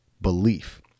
belief